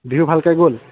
বিহু ভালকৈ গ'ল